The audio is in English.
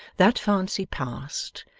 that fancy past,